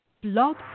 Blog